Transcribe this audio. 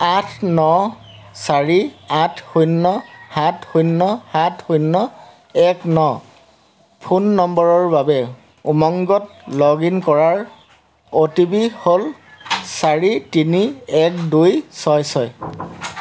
আঠ ন চাৰি আঠ শূন্য সাত শূন্য সাত শূন্য এক ন ফোন নম্বৰৰ বাবে উমংগত লগ ইন কৰাৰ অ'টিপি হ'ল চাৰি তিনি এক দুই ছয় ছয়